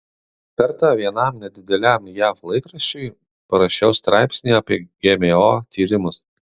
kartą vienam nedideliam jav laikraščiui parašiau straipsnį apie gmo tyrimus